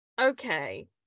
Okay